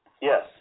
Yes